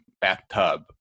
bathtub